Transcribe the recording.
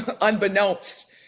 unbeknownst